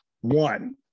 one